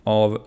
av